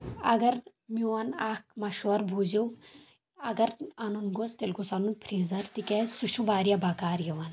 اگر میون اکھ مشور بوٗزو اگر انُن گوٚژھ تیٚلہِ گوٚژھ انُن فریزر تِکیاز سُہ چھ واریاہ بکار یِوان